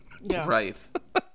Right